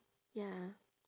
ya